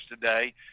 today